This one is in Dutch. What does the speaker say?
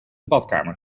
badkamer